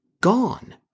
gone